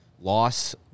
loss